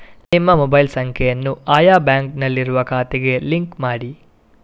ನಿಮ್ಮ ಮೊಬೈಲ್ ಸಂಖ್ಯೆಯನ್ನು ಆಯಾ ಬ್ಯಾಂಕಿನಲ್ಲಿರುವ ಖಾತೆಗೆ ಲಿಂಕ್ ಮಾಡಿ